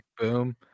Boom